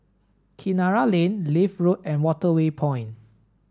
Kinara Lane Leith Road and Waterway Point